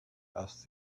asked